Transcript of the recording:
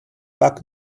back